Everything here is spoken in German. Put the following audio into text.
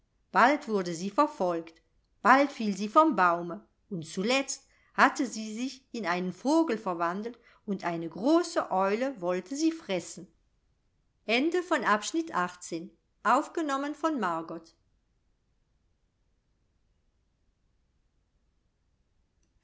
bald wurde sie verfolgt bald fiel sie vom baume und zuletzt hatte sie sich in einen vogel verwandelt und eine große eule wollte sie fressen